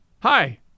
Hi